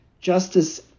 justice